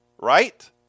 Right